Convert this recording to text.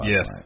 Yes